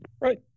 Right